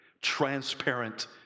transparent